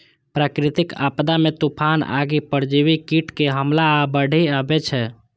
प्राकृतिक आपदा मे तूफान, आगि, परजीवी कीटक हमला आ बाढ़ि अबै छै